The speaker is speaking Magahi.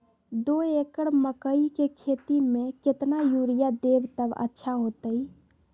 दो एकड़ मकई के खेती म केतना यूरिया देब त अच्छा होतई?